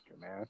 man